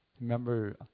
Remember